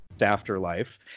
Afterlife